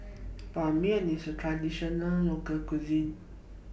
Ban Mian IS A Traditional Local Cuisine